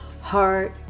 heart